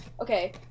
Okay